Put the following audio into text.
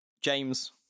James